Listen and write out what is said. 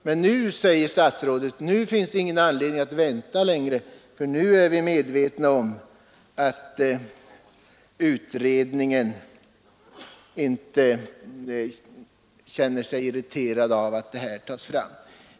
Men nu, säger statsrådet, finns det ingen anledning att vänta längre, eftersom vi är medvetna om att utredningen tydligen accepterar att förslag tas fram.